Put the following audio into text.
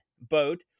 Boat